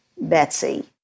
Betsy